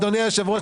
אדוני יושב הראש,